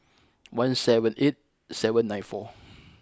one seven eight seven nine four